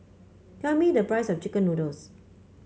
tell me the price of chicken noodles